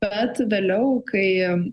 bet vėliau kai